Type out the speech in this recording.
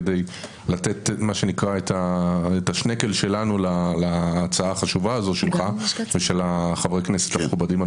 כדי לתת את השנקל שלנו להצעה החשובה הזאת שלך ושל חברי הכנסת המכובדים,